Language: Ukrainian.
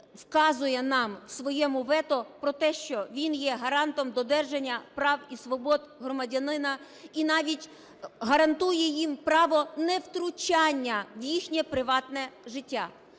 вказує нам в своєму вето про те, що він є гарантом додержання прав і свобод громадянина і навіть гарантує їм право невтручання в їхнє приватне життя.